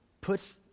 puts